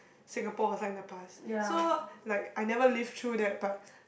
Singapore was like in the past so like I never live through that part